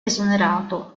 esonerato